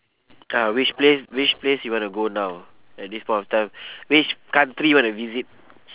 ah which place which place you wanna go now at this point of time which country you wanna visit